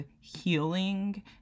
healing